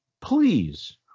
please